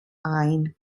ein